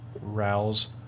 rouse